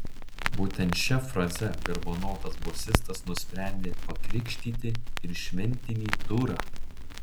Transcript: būtent šia fraze garbanotas bosistas nusprendė pakrikštyti ir šventinį turą